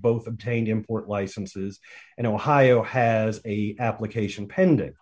both obtained import licenses and ohio has a application pending